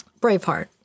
braveheart